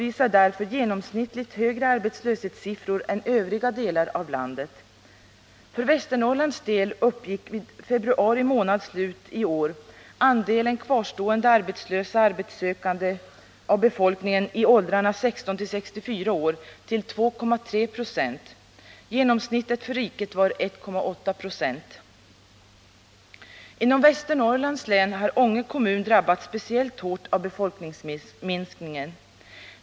Inom Västernorrlands län har Ånge kommun drabbats speciellt hårt av befolkningsminskning.